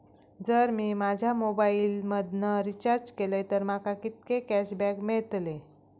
जर मी माझ्या मोबाईल मधन रिचार्ज केलय तर माका कितके कॅशबॅक मेळतले?